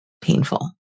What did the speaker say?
painful